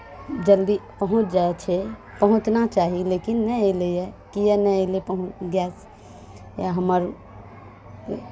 जलदी पहुँच जाइ छै पहुँचना चाही लेकिन नहि एलैए किया नहि एलै पहुँ गैस या हमर